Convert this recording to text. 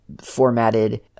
formatted